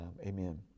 Amen